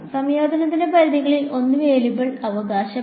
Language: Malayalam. സംയോജനത്തിന്റെ പരിധികളിൽ ഒന്ന് വേരിയബിൾ അവകാശമാണ്